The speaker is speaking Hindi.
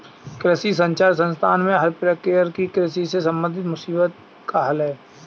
कृषि संचार संस्थान में हर प्रकार की कृषि से संबंधित मुसीबत का हल है